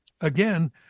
again